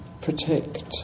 protect